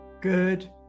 Good